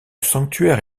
sanctuaire